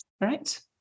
right